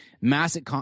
massive